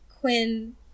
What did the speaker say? Quinn